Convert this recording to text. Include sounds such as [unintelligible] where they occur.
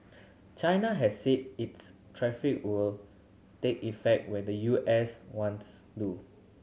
China has said its [unintelligible] will take effect when the U S ones do